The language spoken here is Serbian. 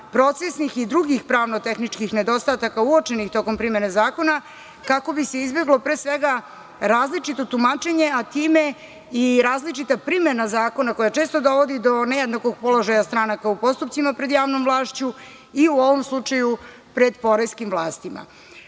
procesnih i drugih pravno-tehničkih nedostataka uočenih tokom primene zakona kako bi se izbeglo, pre svega, različito tumačenje, a time i različita primena zakona koja često dovodi do nejednakog položaja stranaka u postupcima pred javnom vlašću i u ovom slučaju pred poreskim vlastima. Ove